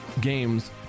games